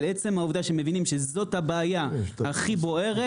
אבל עצם העובדה שמבינים שזאת הבעיה הכי בוערת,